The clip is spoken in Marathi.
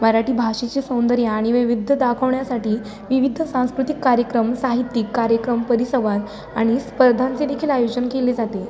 मराठी भाषेचे सौंदर्य आणि वैविध्य दाखवण्यासाठी विविध सांस्कृतिक कार्यक्रम साहित्यिक कार्यक्रम परिसंवाद आणि स्पर्धांचे देखील आयोजन केले जाते